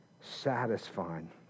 satisfying